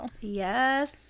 Yes